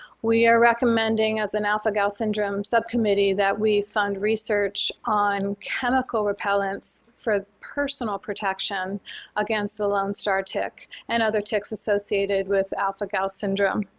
we are recommending as an alpha-gal syndrome subcommittee that we fund research on chemical repellents for personal protection against the lone star tick and other ticks associated with alpha-gal syndrome.